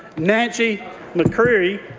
nancy maccready-williams,